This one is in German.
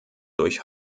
durch